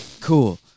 cool